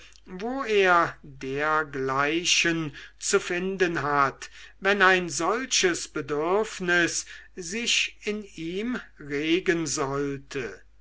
wo er dergleichen zu finden hat wenn ein solches bedürfnis sich in ihm regen sollte